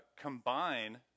combine